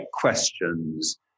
questions